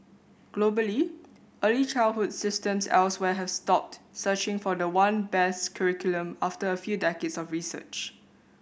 globally early childhood systems elsewhere have stopped searching for the one best curriculum after a few decades of research